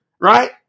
right